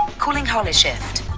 calling. holy shift.